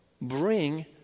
bring